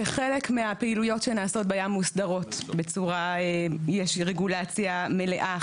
שחלק מהפעילויות שנעשות בים מוסדרות ברגולציה מלאה,